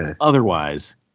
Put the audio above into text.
otherwise